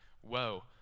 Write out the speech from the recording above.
whoa